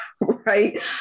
right